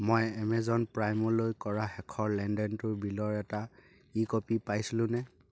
মই এমেজন প্ৰাইমলৈ কৰা শেষৰ লেনদেনটোৰ বিলৰ এটা ই কপি পাইছিলোঁনে